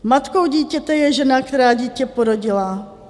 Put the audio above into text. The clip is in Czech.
Matkou dítěte je žena, která dítě porodila.